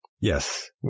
Yes